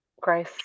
Grace